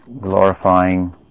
glorifying